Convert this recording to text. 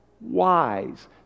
wise